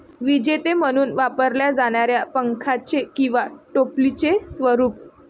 विजेते म्हणून वापरल्या जाणाऱ्या पंख्याचे किंवा टोपलीचे स्वरूप